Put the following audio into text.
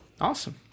Awesome